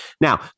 Now